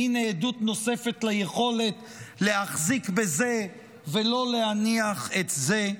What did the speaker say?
והינה עדות נוספת ליכולת להחזיק בזה ולא להניח את זה,